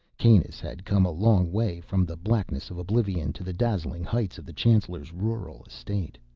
kanus had come a long way from the blackness of oblivion to the dazzling heights of the chancellor's rural estate.